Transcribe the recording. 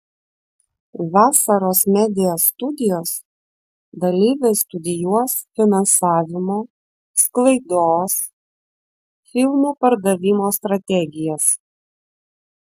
vasaros media studijos dalyviai studijuos finansavimo sklaidos filmų pardavimo strategijas